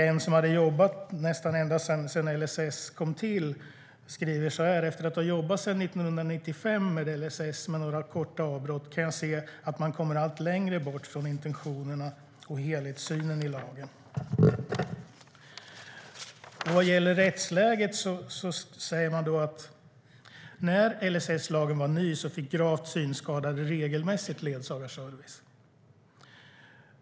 En som har jobbat nästan ända sedan LSS kom till skriver så här: "Efter att ha jobbat sedan 1995 med LSS kan jag se att man kommer allt längre bort från intentionerna och helhetssynen i lagen." Vad gäller rättsläget säger man att när LSS var ny fick gravt synskadade ledsagarservice regelmässigt.